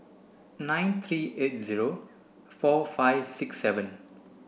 nine three eight zero four five six seven